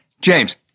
James